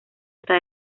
hasta